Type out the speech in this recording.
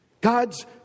God's